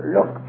Look